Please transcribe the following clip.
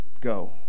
Go